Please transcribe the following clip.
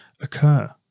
occur